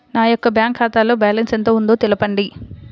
నా యొక్క బ్యాంక్ ఖాతాలో బ్యాలెన్స్ ఎంత ఉందో తెలపండి?